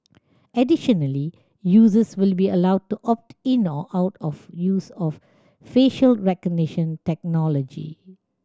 additionally users will be allowed to opt in or out of use of facial recognition technology